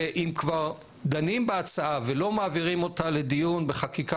אם כבר דנים בהצעה ולא מעבירים אותה לדיון בחקיקה